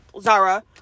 Zara